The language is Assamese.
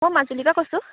মই মাজুলীৰপৰা কৈছোঁ